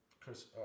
Chris